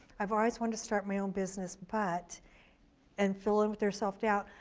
i've always wanted to start my own business, but and fill in with their self doubt.